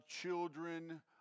children